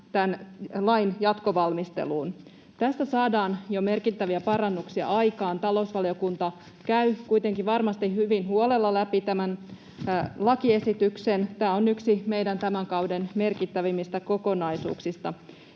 tämän lain jatkovalmisteluun. Tästä saadaan jo merkittäviä parannuksia aikaan. Talousvaliokunta käy kuitenkin varmasti hyvin huolella läpi tämän lakiesityksen. Tämä on yksi meidän tämän kauden merkittävimmistä kokonaisuuksistamme.